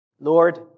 Lord